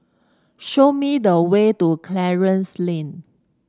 show me the way to Clarence Lane